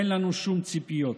אין לנו שום ציפיות.